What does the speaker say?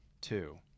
Two